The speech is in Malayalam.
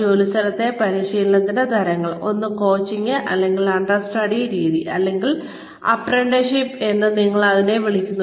ജോലിസ്ഥലത്തെ പരിശീലനത്തിന്റെ തരങ്ങൾ ഒന്ന് കോച്ചിംഗ് അല്ലെങ്കിൽ അണ്ടർസ്റ്റഡി രീതി അല്ലെങ്കിൽ അപ്രന്റീസ്ഷിപ്പ് എന്ന് ഞങ്ങൾ അതിനെ വിളിക്കുന്നു